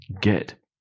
get